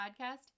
podcast